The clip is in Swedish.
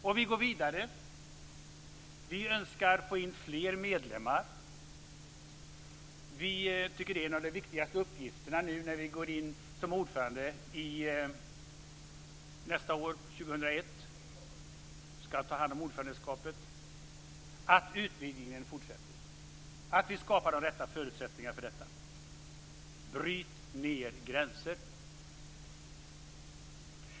Och vi går vidare. Vi önskar få in fler medlemmar. Vi tycker att det är en av de viktigaste uppgifterna nu när vi går in som ordförande nästa år, 2001, att utvidgningen fortsätter, att vi skapar de rätta förutsättningarna för detta. Bryt ned gränser!